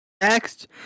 Next